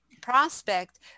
prospect